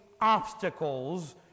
obstacles